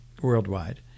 worldwide